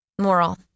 Moral